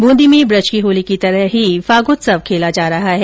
बंदी में ब्रज की होली की तरह फागोत्सव खेला जा रहा है